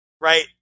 right